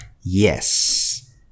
Yes